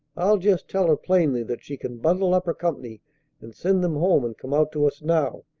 i'll just tell her plainly that she can bundle up her company and send them home and come out to us now,